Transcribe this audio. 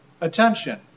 attention